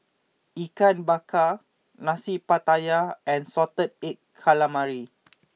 Ikan Bakar Nasi Pattaya and Salted Egg Calamari